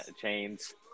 Chains